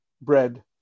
bread